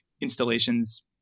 installations